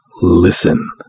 Listen